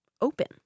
open